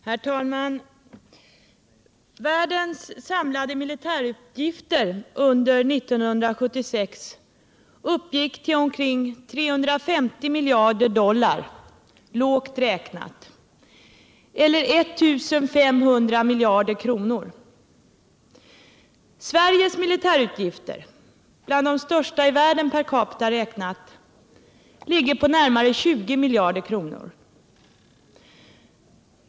Herr talman! Världens samlade militärutgifter under 1976 uppgick till omkring 350 miljarder dollar, lågt räknat, eller 1 500 miljarder kronor. Sveriges militärutgifter — bland de största i världen per capita räknat — ligger på närmare 20 miljarder kronor.